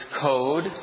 code